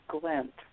glint